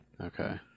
Okay